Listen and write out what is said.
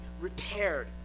repaired